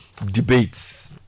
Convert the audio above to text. Debates